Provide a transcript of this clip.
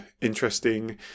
interesting